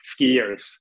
skiers